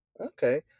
okay